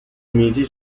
amici